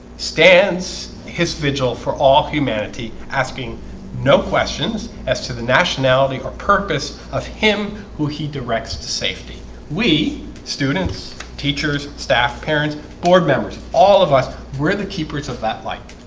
stands his vigil for all humanity asking no questions as to the nationality or purpose of him who he directs to safety we students teachers staff parents board members all of us. we're the keepers of that like